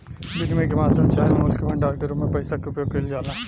विनिमय के माध्यम चाहे मूल्य के भंडारण के रूप में पइसा के उपयोग कईल जाला